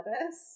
Lettuce